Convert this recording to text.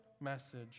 message